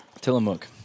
Tillamook